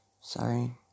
sorry